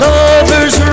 Lovers